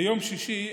ביום שישי,